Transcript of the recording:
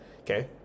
okay